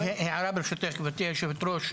אגב הערה ברשותך גברתי היו"ר,